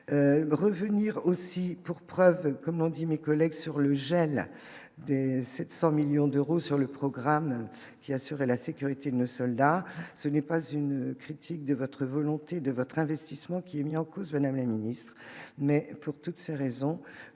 revenir aussi pour preuve comme ont dit mes collègues sur le gel de 700 millions d'euros sur le programme, qui assurait la sécurité ne soldats, ce n'est pas une critique de votre volonté de votre investissement qui est mis en cause le nommé ministre, mais pour toutes ces raisons,